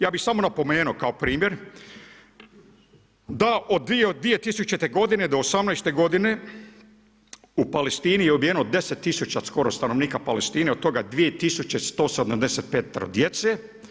Ja bih samo napomenuo kao primjer da od 2000. godine do osamnaeste godine u Palestini je ubijeno 10 000 skoro stanovnika Palestine, od toga 2175 djece.